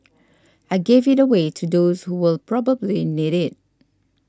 I gave it away to those who will probably need it